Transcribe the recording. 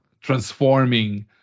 transforming